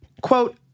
quote